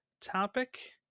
topic